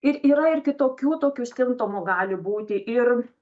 ir yra ir kitokių tokių simptomų gali būti ir